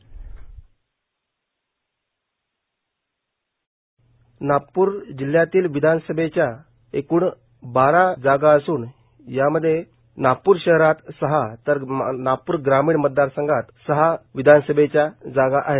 sound bite Nagpur जिल्ह्यातील विधानसभेच्या एकूण बारा जागा असून यामध्ये नागपूर शहरात सहा तर नागपूर ग्रामीण मतदारसंघात सहा विधानसभेच्या जागा आहेत